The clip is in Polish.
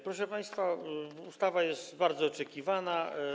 Proszę państwa, ustawa jest bardzo oczekiwana.